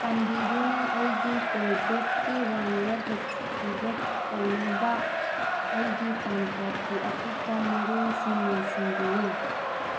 ꯆꯥꯟꯕꯤꯗꯨꯅ ꯑꯩꯒꯤ ꯄꯦ ꯖꯦꯞꯀꯤ ꯋꯥꯂꯦꯠ ꯑꯦꯛꯇꯤꯚꯦꯠ ꯇꯧꯅꯕ ꯑꯩꯒꯤ ꯄꯥꯟ ꯀꯥꯔꯠꯀꯤ ꯑꯀꯨꯞꯄ ꯃꯔꯣꯜꯁꯤꯡ ꯃꯦꯟꯁꯤꯟꯕꯤꯌꯨ